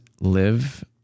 live